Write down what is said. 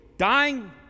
Dying